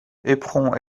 éperon